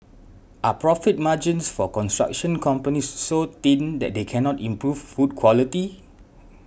are profit margins for construction companies so thin that they cannot improve food quality